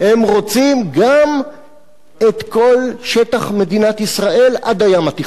הם רוצים גם את כל שטח מדינת ישראל עד הים התיכון,